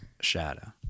shadow